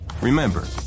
Remember